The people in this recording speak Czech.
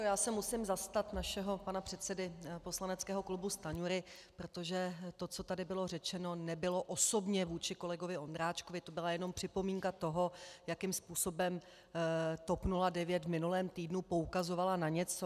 Já se musím zastat našeho pana předsedy poslaneckého klubu Stanjury, protože to, co tady bylo řečeno, nebylo osobně vůči kolegovi Ondráčkovi, to byla jenom připomínka toho, jakým způsobem TOP 09 v minulém týdnu poukazovala na něco.